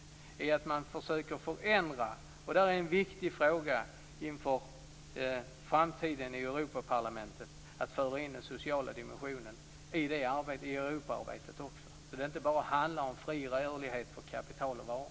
Att föra in den sociala dimensionen i Europaarbetet är en viktig fråga inför framtiden i Europaparlamentet, så att det inte bara handlar om fri rörlighet för kapital och varor.